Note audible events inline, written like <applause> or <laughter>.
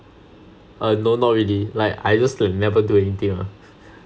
err no not really like I just like never do anything lah <laughs>